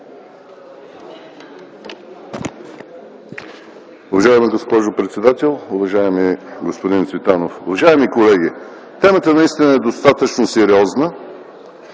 Уважаема госпожо председател, уважаеми господин Цветанов, уважаеми колеги! Темата наистина е достатъчно сериозна.